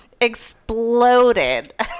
exploded